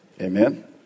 Amen